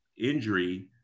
injury